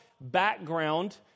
background